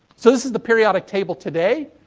so, this is the periodic table today.